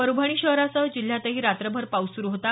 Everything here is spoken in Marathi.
परभणी शहरासह जिल्ह्यातही रात्रभर पाऊस सुरु होता